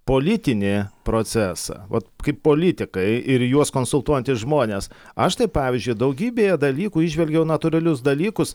politinį procesą vat kaip politikai ir juos konsultuojantys žmonės aš tai pavyzdžiui daugybėje dalykų įžvelgiau natūralius dalykus